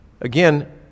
again